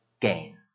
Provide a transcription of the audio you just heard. gain